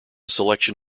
selection